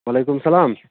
وعلیکُم سلام